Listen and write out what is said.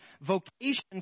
vocation